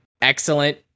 Excellent